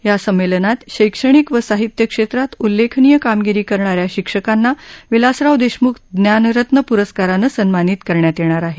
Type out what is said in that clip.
या संमेलनात शैक्षणिक आणि साहित्य क्षेत्रात उल्लेखनीय कामगिरी करणाऱ्या शिक्षकांना विलासराव देशम्ख ज्ञानरत्न प्रस्काराने सन्मानित करण्यात येणार आहे